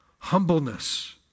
Humbleness